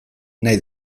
nahi